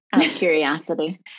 curiosity